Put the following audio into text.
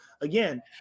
again